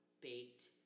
baked